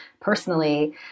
personally